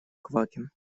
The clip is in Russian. квакин